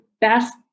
best